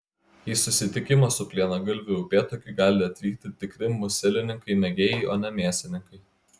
į susitikimą su plienagalviu upėtakiu gali atvykti tikri muselininkai mėgėjai o ne mėsininkai